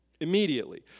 Immediately